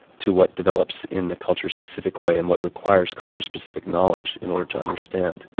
to what develops in the culture-specific way and what requires culture-specific knowledge in order to understand.